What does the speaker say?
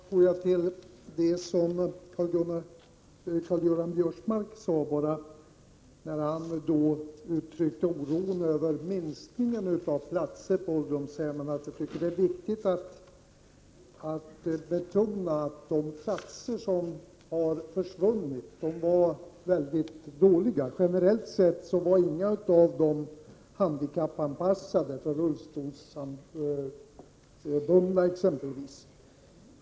Fru talman! Karl-Göran Biörsmark uttryckte oro över minskningen av antalet platser på ålderdomshemmen. Jag tycker det är viktigt att då betona att de platser som har försvunnit var väldigt dåliga. Generellt sett var inga av dessa platser handikappanpassade — för rullstolsbundna exempelvis.